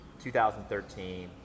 2013